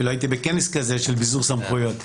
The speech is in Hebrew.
אפילו הייתי בכנס של ביזור סמכויות,